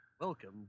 Welcome